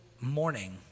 morning